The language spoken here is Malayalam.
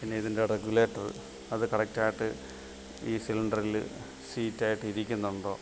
പിന്നെ ഇതിൻ്റെ റെഗുലേറ്ററ് അത് കറക്റ്റായിട്ട് ഈ സിലിണ്ടറിൽ സീറ്റായിട്ട് ഇരിക്കുന്നുണ്ടോ